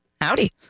Howdy